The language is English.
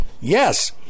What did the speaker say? Yes